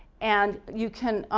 and you can,